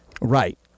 Right